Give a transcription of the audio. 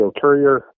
Courier